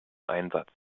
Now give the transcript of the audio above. einsatz